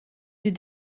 deux